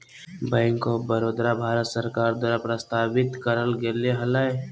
bank of Baroda, Bharat सरकार द्वारा प्रस्तावित करल गेले हलय